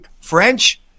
French